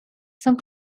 some